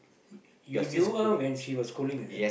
y~ you knew her when she was schooling is it